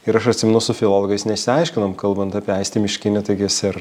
ir aš atsimenu su filologais nesiaiškinom kalbant apie aistį miškinį taigi jis ir